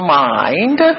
mind